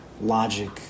Logic